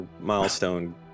milestone